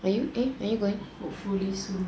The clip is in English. are you eh are you going